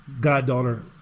goddaughter